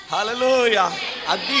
Hallelujah